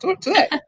today